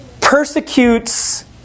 persecutes